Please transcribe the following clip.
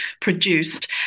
produced